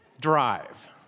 drive